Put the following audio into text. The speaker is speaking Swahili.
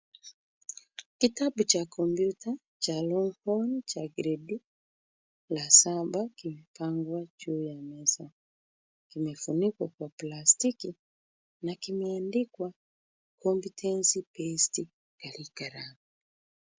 Kitabu cha kompyuta cha Longhorn cha gredi la saba kimepangwa juu ya meza. Kimefunikwa kwa plastiki na kimeandikwa Competency Based curiculum .